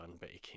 baking